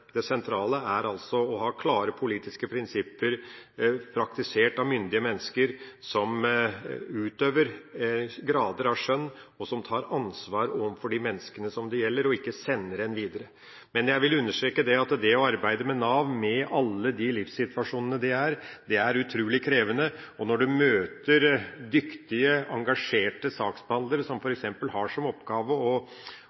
det sentrale at vi har klare politiske prinsipper praktisert av myndige mennesker som utøver grader av skjønn, og som tar ansvar overfor de menneskene det gjelder, og ikke sender dem videre. Men jeg vil understreke at det å arbeide i Nav, med alle de livssituasjonene en ser der, er utrolig krevende. En møter dyktige, engasjerte saksbehandlere som f.eks. har som oppgave å sikre ungdomsgarantier, sikre arbeid for